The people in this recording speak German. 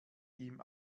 ihm